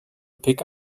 pick